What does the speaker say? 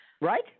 Right